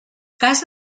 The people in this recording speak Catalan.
casa